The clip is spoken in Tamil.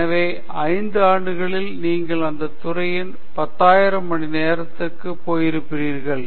எனவே 5 ஆண்டுகளில் நீங்கள் அந்த துறையில் 10000 மணிநேரத்திற்குள் போயிருப்பீர்கள்